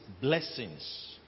blessings